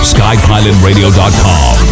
Skypilotradio.com